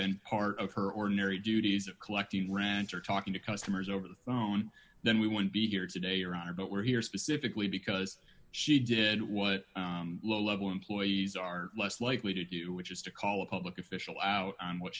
been part of her ordinary duties of collecting rent or talking to customers over the phone then we wouldn't be here today or are but we're here specifically because she did what low level employees are less likely to do which is to call a public official out what